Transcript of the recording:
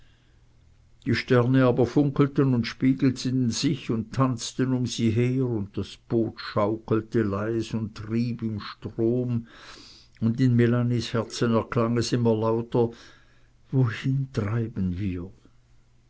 die sterne aber funkelten und spiegelten sich und tanzten um sie her und das boot schaukelte leis und trieb im strom und in melanies herzen erklang es immer lauter wohin treiben wir